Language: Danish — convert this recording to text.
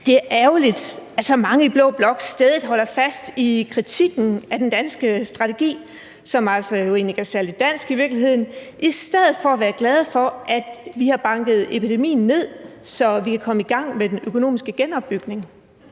»Det er ærgerligt, at så mange i blå blok så stædigt holder fast i kritikken af den danske strategi, som altså ikke er særlig dansk, i stedet for at være glade for, at vi har banket epidemien ned, så vi kan komme i gang med den økonomiske genopbygning.«